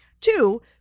Two